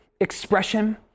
Expression